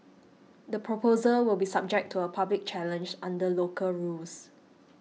the proposal will be subject to a public challenge under local rules